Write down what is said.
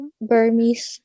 Burmese